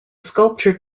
sculpture